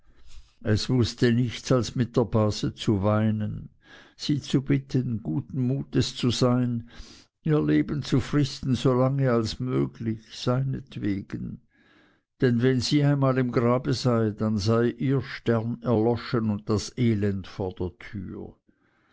es wußte nichts als mit der base zu weinen sie zu bitten guten mutes zu sein ihr leben zu fristen solange als möglich seinetwegen denn wenn sie mal im grabe sei dann sei ihr stern erloschen und das elend vor der tür